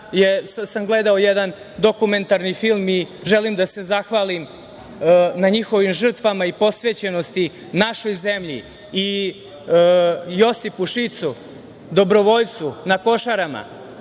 sam gledao jedan dokumentarni film i želim da se zahvalim na njihovim žrtvama i posvećenosti našoj zemlji, i Josipu Šicu, dobrovoljcu na Košarama,